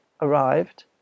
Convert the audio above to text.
arrived